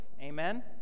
Amen